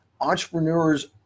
Entrepreneurs